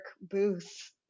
booth